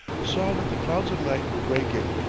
saw that the clouds of night were breaking,